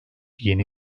yeni